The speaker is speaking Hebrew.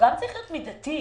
צריך להיות מידתי.